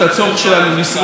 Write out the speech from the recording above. או היום גז טבעי,